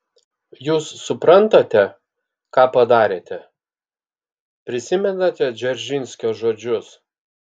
jūs suprantate ką padarėte prisimenate dzeržinskio žodžius